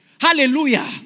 Hallelujah